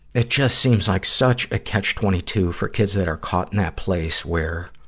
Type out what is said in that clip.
it just seems like such a catch twenty two for kids that are caught in that place where,